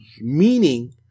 meaning